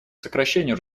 сокращению